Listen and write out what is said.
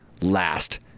last